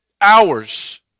hours